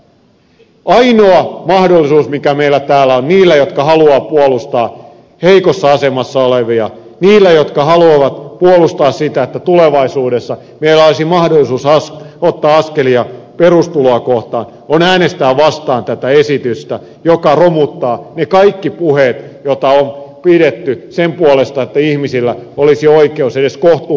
ainoa mahdollisuus mikä meillä täällä on niillä jotka haluamme puolustaa heikossa asemassa olevia niillä jotka haluavat puolustaa sitä että tulevaisuudessa meillä olisi mahdollisuus ottaa askelia perustuloa kohden on äänestää vastaan tätä esitystä joka romuttaa ne kaikki puheet joita on pidetty sen puolesta että ihmisillä olisi oikeus edes kohtuulliseen toimeentuloon